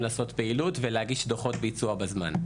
לעשות פעילות ולהגיש דוחות ביצוע בזמן,